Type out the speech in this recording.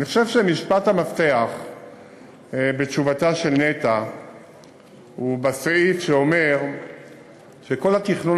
אני חושב שמשפט המפתח בתשובתה של נת"ע הוא בסעיף שאומר שכל התכנון